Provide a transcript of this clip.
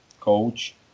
coach